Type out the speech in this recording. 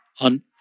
on